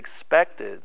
expected